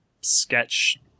sketch